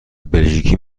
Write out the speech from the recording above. بلژیکی